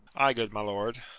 ay, good my lord.